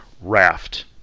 raft